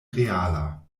reala